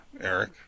Eric